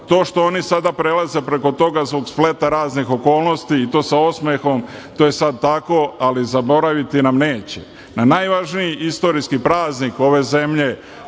To što oni sada prelaze preko toga, zbog spleta raznih okolnosti, i to sa osmehom, to je sad tako, ali zaboraviti nam neće. Na najvažniji istorijski praznik ove zemlje,